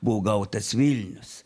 buvo gautas vilnius